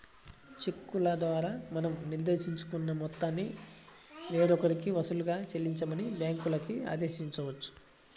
చెక్కుల ద్వారా మనం నిర్దేశించుకున్న మొత్తాన్ని వేరొకరికి సులువుగా చెల్లించమని బ్యాంకులకి ఆదేశించవచ్చు